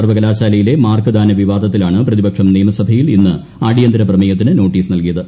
സർവ്വകലാശാലയിലെ മാർക്ക് ദ്വന വിവാദത്തിലാണ് പ്രതിപക്ഷം നിയമസഭയിൽ ഇന്ന് അടിയ്ന്തർപ്രമേയത്തിന് നോട്ടീസ് നൽകിയത്